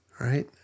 right